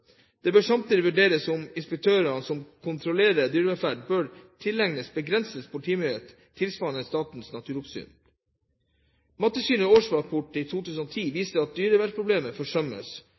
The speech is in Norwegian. Det bør samtidig vurderes om inspektørene som kontrollerer dyrevelferden, bør tillegges begrenset politimyndighet tilsvarende Statens naturoppsyn. Mattilsynets årsrapport for 2010 viser at dyrevelferdsproblemer forsømmes,